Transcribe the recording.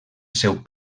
seu